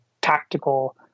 tactical